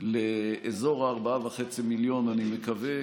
לאזור ה-4.5 מיליון, אני מקווה,